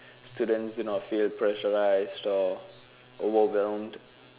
students do not feel pressurized or overwhelmed